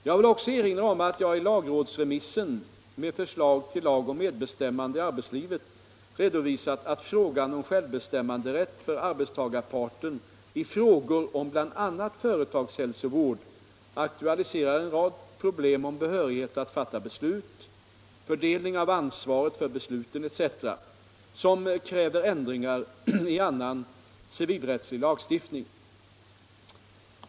Jag vill också erinra om att jag i lagrådsremissen med förslag till lag om medbestämmande i arbetslivet redovisat att frågan om självbestämmanderätt för arbetstagarparten i frågor om bl.a. företagshälsovård aktualiserar en rad problem om behörighet att fatta beslut, fördelning av ansvaret för besluten etc., som kräver ändringar i annan civilrättslig lagstiftning.